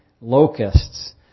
locusts